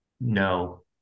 no